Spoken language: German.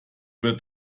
wird